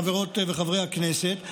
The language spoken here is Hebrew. חברות וחברי הכנסת,